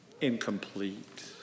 incomplete